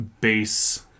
base